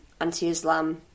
anti-Islam